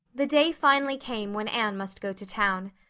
the day finally came when anne must go to town.